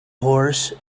horse